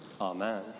Amen